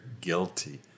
guilty